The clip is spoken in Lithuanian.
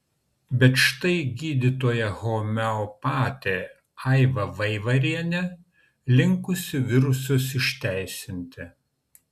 bet štai gydytoja homeopatė aiva vaivarienė linkusi virusus išteisinti